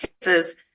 cases